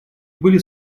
были